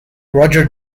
roger